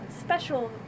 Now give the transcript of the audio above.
special